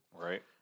Right